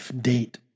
date